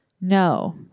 No